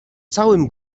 całym